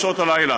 בשעות הלילה.